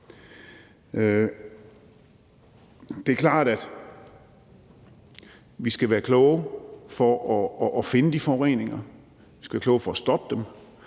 Det er klart, at vi skal være kloge for at finde de forureninger, og at vi skal være kloge for at stoppe dem,